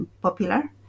popular